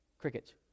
Crickets